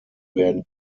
werden